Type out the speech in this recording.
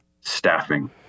staffing